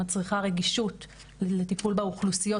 שמצריכה רגישות לטיפול באוכלוסיות,